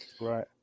Right